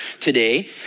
today